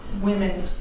women